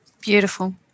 Beautiful